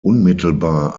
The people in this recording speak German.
unmittelbar